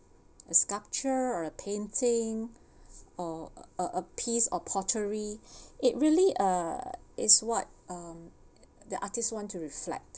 a sculpture or a painting or a a piece of pottery it really uh is what um the artist wants to reflect